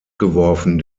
geworfen